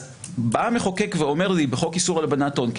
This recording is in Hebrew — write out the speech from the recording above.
בא המחוקק ואומר לי בחוק איסור הלבנת הון: